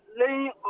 laying